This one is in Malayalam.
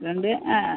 രണ്ട് ആ ആ